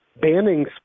banning